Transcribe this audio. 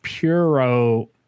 Puro